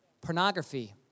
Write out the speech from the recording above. Pornography